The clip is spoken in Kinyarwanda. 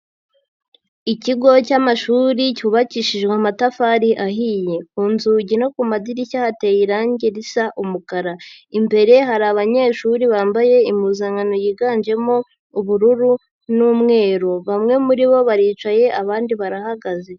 Ikigo cy'amashuri cyubakishijwe amatafari ahiye, ku nzugi no ku madirishya hateye irangi risa umukara, imbere hari abanyeshuri bambaye impuzankano yiganjemo ubururu n'umweru, bamwe muri bo baricaye abandi barahagaze.